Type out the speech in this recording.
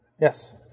Yes